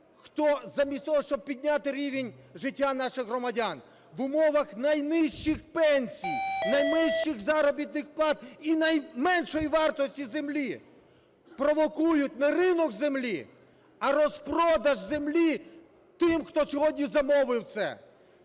хто замість того, щоб підняти рівень життя наших громадян, в умовах найнижчих пенсій, найнижчих заробітних плат і найменшої вартості землі провокують не ринок землі, а розпродаж землі тим, хто сьогодні замовив це,